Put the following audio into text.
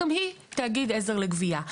גם היא תאגיד עזר לגבייה.